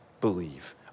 believe